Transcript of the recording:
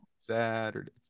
Saturday